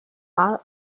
mal